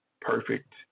perfect